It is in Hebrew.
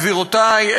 גבירותי,